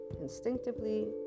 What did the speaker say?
instinctively